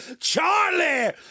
Charlie